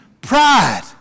pride